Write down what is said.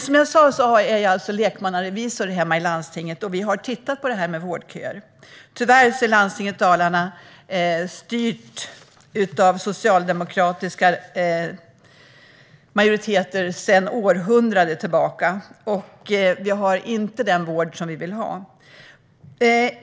Som jag sa är jag lekmannarevisor hemma i landstinget, och vi har tittat på detta med vårdköer. Tyvärr är landstinget i Dalarna styrt av socialdemokratiska majoriteter sedan århundraden tillbaka, och vi har inte den vård som vi vill ha.